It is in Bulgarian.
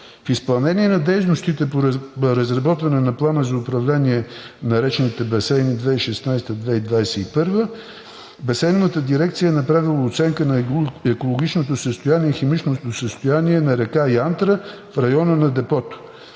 в изпълнение на дейностите по разработване на Плана за управление на речените басейни 2016 – 2021 г. Басейнова дирекция е направила оценка на екологичното и химичното състояние на река Янтра в района на депото.